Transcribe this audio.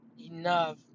enough